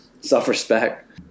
self-respect